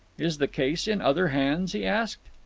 is the case in other hands? he asked.